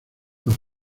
los